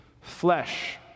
flesh